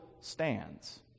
stands